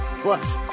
Plus